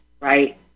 right